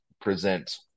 present